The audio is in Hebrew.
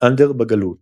אנדר בגלות